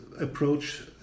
approach